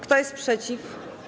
Kto jest przeciw?